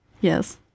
Yes